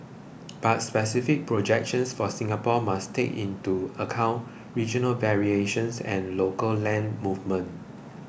but specific projections for Singapore must take into account regional variations and local land movements